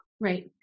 right